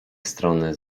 strony